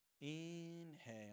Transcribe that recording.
Inhale